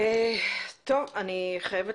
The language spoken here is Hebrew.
אני מתקשה